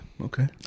okay